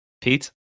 Pete